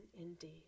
indeed